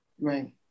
Right